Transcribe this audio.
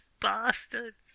bastards